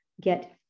get